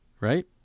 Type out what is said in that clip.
Right